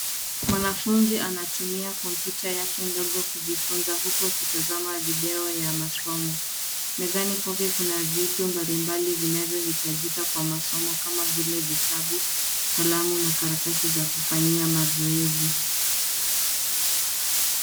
Mwanafunzi anatumia kompyuta yake ndogo kujifunza huku akitazama video ya masomo. Mezani kwake kuna vitu mbalimbali vinavyohitajika kwa masomo kama vile vitabu, kalamu na karatasi za kufanyia mazoezi.